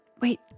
wait